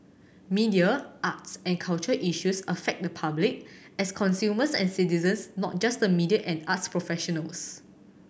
media arts and culture issues affect the public as consumers and citizens not just the media and arts professionals